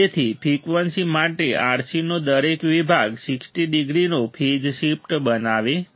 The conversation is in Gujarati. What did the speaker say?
તેથી ફ્રિકવન્સી માટે RC નો દરેક વિભાગ 60 ડિગ્રીનો ફેઝ શિફ્ટ બનાવે છે